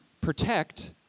protect